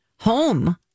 home